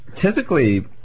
typically